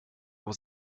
was